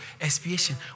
Expiation